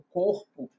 corpo